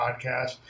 podcast